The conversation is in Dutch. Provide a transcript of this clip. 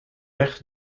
weg